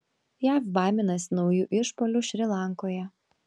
jav baiminasi naujų išpuolių šri lankoje